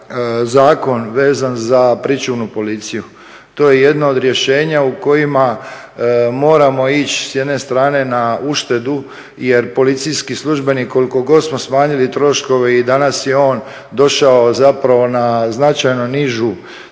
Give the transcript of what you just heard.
zakon vezan za pričuvnu policiju. To je jedno od rješenja u kojima moramo ići s jedne strane na uštedu jer policijski službenik koliko god smo smanjili troškove i danas je on došao na značajno nižu